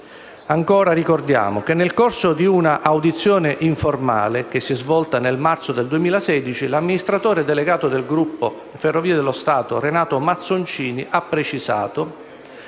Ricordiamo che, nel corso di un'audizione informale che si è svolta nel marzo 2016, l'amministratore delegato del gruppo Ferrovie dello Stato Renato Mazzoncini ha precisato